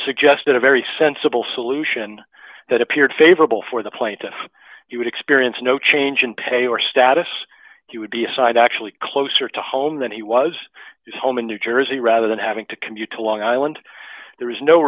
suggested a very sensible solution that appeared favorable for the plaintiff he would experience no change in pay or status he would be a side actually closer to home than he was his home in new jersey rather than having to commute to long island there is no